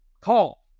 Call